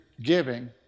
giving